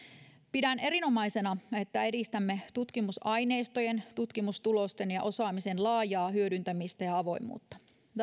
pidän erinomaisena että edistämme tutkimusaineistojen tutkimustulosten ja osaamisen laajaa hyödyntämistä ja avoimuutta